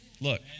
Look